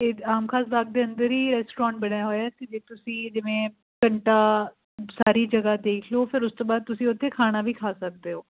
ਅਤੇ ਆਮ ਖਾਸ ਬਾਗ ਦੇ ਅੰਦਰ ਹੀ ਰੈਸਟੋਰੈਂਟ ਬਣਿਆ ਹੋਇਆ ਅਤੇ ਜੇ ਤੁਸੀਂ ਜਿਵੇਂ ਘੰਟਾ ਸਾਰੀ ਜਗ੍ਹਾ ਦੇਖ ਲਓ ਫਿਰ ਉਸ ਤੋਂ ਬਾਅਦ ਤੁਸੀਂ ਉੱਥੇ ਖਾਣਾ ਵੀ ਖਾ ਸਕਦੇ ਹੋ